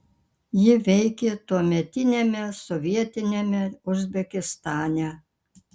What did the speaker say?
ji veikė tuometiniame sovietiniame uzbekistane